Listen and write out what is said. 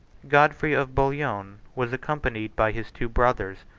godfrey of bouillon was accompanied by his two brothers,